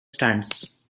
stands